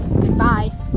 Goodbye